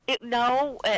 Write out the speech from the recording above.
no